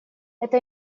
это